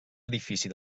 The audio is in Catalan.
edifici